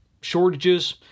shortages